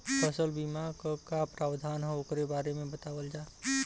फसल बीमा क का प्रावधान हैं वोकरे बारे में बतावल जा?